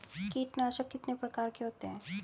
कीटनाशक कितने प्रकार के होते हैं?